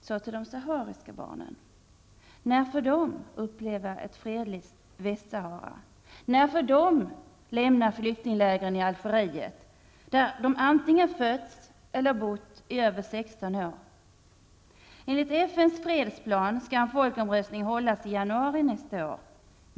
När får de sahariska barnen uppleva ett fredligt Västsahara? När får de lämna flyktinglägren i Algeriet, där de fötts eller bott i över 16 år? Enligt FNs fredsplan skall en folkomröstning hållas i januari nästa år.